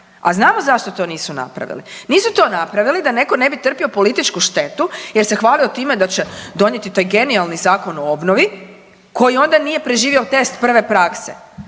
A znamo zašto to nisu napravili. Nisu to napravili da netko ne bi trpio političku štetu jer se hvalio time da će donijeti taj genijalni Zakon o obnovi koji onda nije preživio test prve prakse,